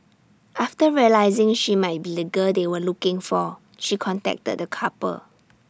after realising she might be the girl they were looking for she contacted the couple